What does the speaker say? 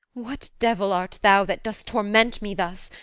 what devil art thou, that dost torment me thus?